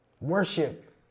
Worship